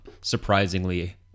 surprisingly